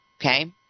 Okay